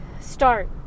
start